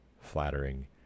flattering